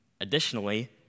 additionally